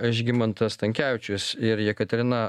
žygimantas stankevičius ir jekaterina